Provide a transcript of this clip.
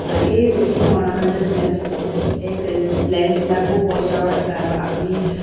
সেই যিখিনি ornamental plants আছে সেই প্লেনছ প্লেন্টছবিলাকো বছৰত আপুনি